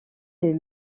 les